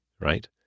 right